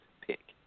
pick